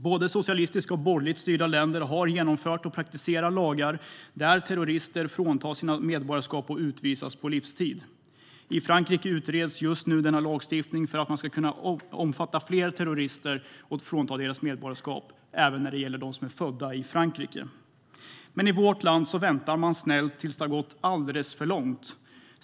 Både socialistiskt och borgerligt styrda länder har genomfört och praktiserar lagar där terrorister fråntas sina medborgarskap och utvisas på livstid. I Frankrike utreds just nu denna lagstiftning så att den kan omfatta att fler terrorister ska kunna fråntas sina medborgarskap, även de som är födda i Frankrike. Men i vårt land väntar man snällt tills det har gått alldeles för långt.